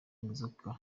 inzoka